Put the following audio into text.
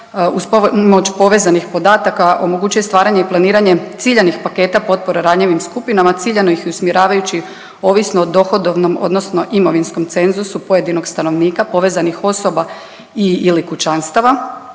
pomoć povezanih podataka omogućuje staranje i planiranje ciljanih paketa potpora ranjivim skupinama, ciljano ih usmjeravajući ovisno o dohodovnom odnosno imovinskom cenzusu pojedinog stanovnika povezanih osoba i/ili kućanstava.